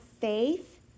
faith